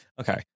Okay